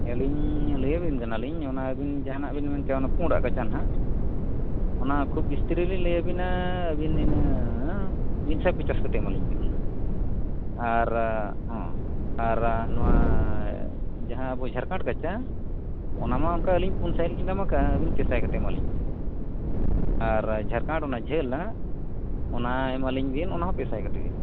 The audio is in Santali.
ᱟᱹᱞᱤᱧ ᱞᱟᱹᱭᱟᱵᱤᱱ ᱠᱟᱱᱟᱞᱤᱧ ᱚᱱᱟ ᱟᱵᱤᱱ ᱡᱟᱦᱟᱱᱟᱜ ᱵᱤᱱ ᱢᱮᱱᱠᱮᱭᱟ ᱯᱩᱲᱟᱜ ᱠᱟᱪᱷᱟ ᱦᱟᱸᱜ ᱚᱱᱟ ᱠᱷᱩᱵᱽ ᱵᱤᱥᱛᱨᱤᱞᱤᱧ ᱞᱟᱹᱭᱟᱵᱮᱱᱟ ᱟᱵᱤᱱ ᱤᱱᱟᱹ ᱢᱤᱫ ᱥᱟᱭ ᱯᱚᱪᱟᱥ ᱠᱟᱛᱮᱫ ᱮᱢᱟᱞᱤᱧ ᱵᱮᱱ ᱚᱱᱟ ᱟᱨ ᱦᱚᱸ ᱟᱨ ᱱᱚᱣᱟ ᱡᱟᱦᱟᱸ ᱟᱵᱚ ᱡᱷᱟᱲᱠᱷᱚᱸᱰ ᱠᱟᱪᱷᱟ ᱚᱱᱟᱢᱟ ᱚᱱᱠᱟ ᱟᱹᱞᱤᱧ ᱯᱩᱱᱥᱟᱭ ᱞᱤᱧ ᱫᱟᱢ ᱟᱠᱟᱜᱼᱟ ᱟᱵᱤᱱ ᱯᱮ ᱥᱟᱭ ᱠᱟᱛᱮᱫ ᱮᱢᱟᱞᱤᱧ ᱵᱮᱱ ᱟᱨ ᱡᱷᱟᱲᱠᱷᱚᱸᱰ ᱚᱱᱟ ᱡᱷᱟᱹᱞᱟᱜ ᱚᱱᱟ ᱮᱢᱟᱞᱤᱧ ᱵᱮᱱ ᱚᱱᱟ ᱦᱚᱸ ᱯᱮ ᱥᱟᱭ ᱠᱟᱛᱮᱫ ᱜᱮ